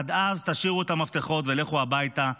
עד אז, תשאירו את המפתחות ולכו הביתה.